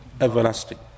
everlasting